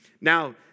Now